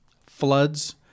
floods